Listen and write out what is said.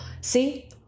see